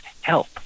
help